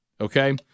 okay